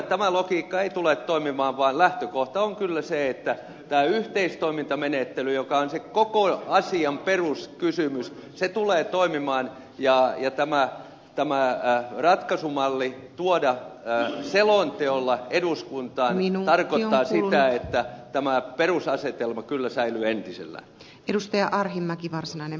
tämä logiikka ei tule toimimaan vaan lähtökohta on kyllä se että tämä yhteistoimintamenettely joka on sen koko asian peruskysymys tulee toimimaan ja tämä ratkaisumalli tuoda selonteolla eduskuntaan tarkoittaa sitä että tämä perusasetelma kyllä säilyy entisellään